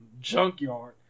junkyard